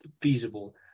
feasible